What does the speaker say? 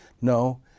No